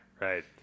right